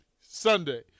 Sunday